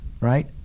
right